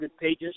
pages